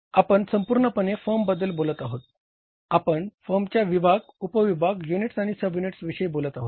आपण संपूर्णपणे फर्मबद्दल बोलत आहोत आपण फर्मच्या विभाग उपविभाग युनिट्स आणि सब युनिटविषयी बोलत आहोत